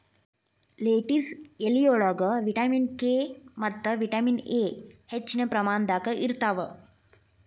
lettuce ಎಲಿಯೊಳಗ vitamin K ಮತ್ತ vitamin A ಹೆಚ್ಚಿನ ಪ್ರಮಾಣದಾಗ ಇರ್ತಾವ